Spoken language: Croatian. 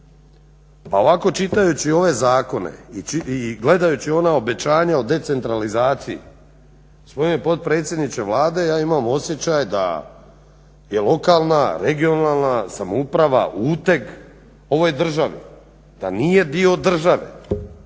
Pa ovako čitajući ove zakone i gledajući ona obećanja o decentralizaciji gospodine potpredsjedniče Vlade ja imam osjećaj da je lokalna, regionalna samouprava uteg ovoj državi, da nije dio države.